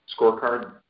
scorecard